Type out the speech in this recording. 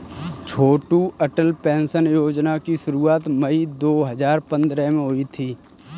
छोटू Atal pension Yojana की शुरुआत मई दो हज़ार पंद्रह में हुई थी